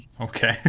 Okay